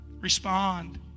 Respond